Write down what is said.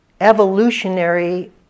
evolutionary